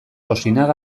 osinaga